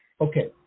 Okay